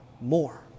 more